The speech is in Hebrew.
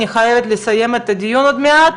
אני חייבת לסיים את הדיון עוד מעט.